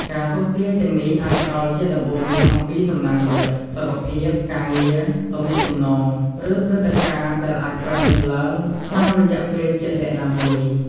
ការទស្សន៍ទាយទាំងនេះអាចផ្តល់ជាដំបូន្មានអំពីសំណាងលាភ សុខភាព ការងារ ទំនាក់ទំនង ឬព្រឹត្តិការណ៍ដែលអាចកើតមានឡើងក្នុងរយៈពេលជាក់លាក់ណាមួយ។